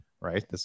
Right